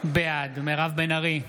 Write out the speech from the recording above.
בעד מירב בן ארי,